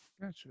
Gotcha